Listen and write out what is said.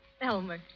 Elmer